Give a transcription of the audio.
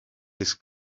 his